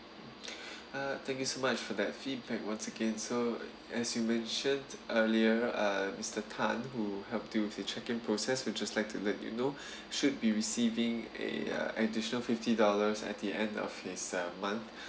uh thank you so much for that feedback once again so as you mentioned earlier uh mister tan who help you with check in process would just like to let you know should be receiving a uh additional fifty dollars at the end of his uh month